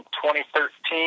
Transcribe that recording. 2013